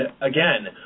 again